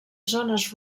zones